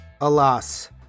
alas